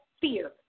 fear